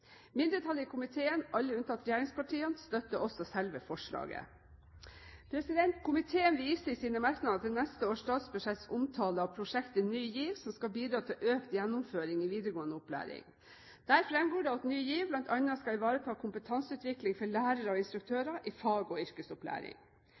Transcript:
Mindretallet i komiteen, alle unntatt regjeringspartiene, støtter også selve forslaget. Komiteen viser i sine merknader til neste års statsbudsjetts omtale av prosjektet Ny GIV, som skal bidra til økt gjennomføring i videregående opplæring. Der fremgår det at Ny GIV bl.a. skal ivareta kompetanseutvikling for lærere